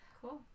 Cool